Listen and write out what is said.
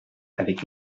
avec